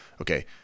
okay